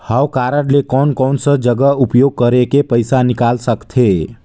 हव कारड ले कोन कोन सा जगह उपयोग करेके पइसा निकाल सकथे?